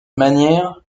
manière